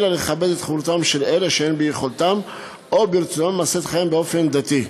אלא לכבד את זכותם של אלה שאין ביכולתם או ברצונם לעשות כן באופן דתי.